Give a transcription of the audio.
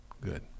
Good